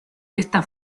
esta